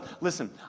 Listen